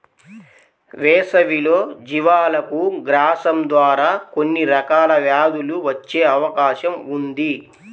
వేసవిలో జీవాలకు గ్రాసం ద్వారా కొన్ని రకాల వ్యాధులు వచ్చే అవకాశం ఉంది